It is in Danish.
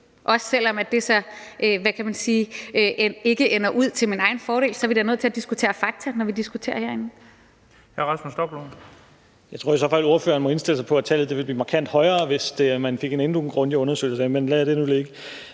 Og selv om det så ikke ender med at være til min egen fordel, er vi nødt til at diskutere fakta, når vi diskuterer herinde.